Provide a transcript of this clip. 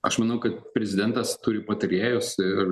aš manau kad prezidentas turi patarėjus ir